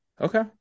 Okay